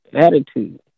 attitude